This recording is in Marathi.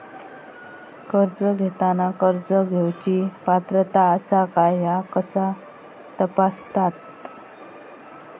कर्ज घेताना कर्ज घेवची पात्रता आसा काय ह्या कसा तपासतात?